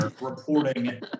reporting